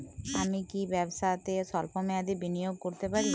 আমি কি ব্যবসাতে স্বল্প মেয়াদি বিনিয়োগ করতে পারি?